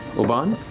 obann,